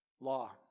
Law